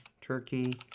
Turkey